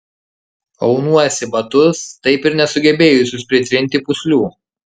aunuosi batus taip ir nesugebėjusius pritrinti pūslių